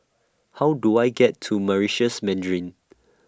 How Do I get to Meritus Mandarin